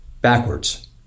backwards